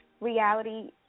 reality